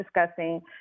discussing